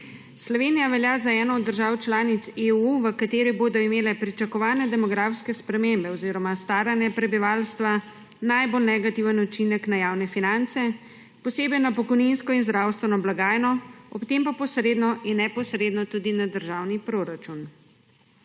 Slovenija velja za eno od držav članic EU, v kateri bodo imele pričakovane demografske spremembe oziroma staranje prebivalstva najbolj negativen učinek na javne finance, posebej na pokojninsko in zdravstveno blagajno, ob tem pa posredno in neposredno tudi na državni proračun.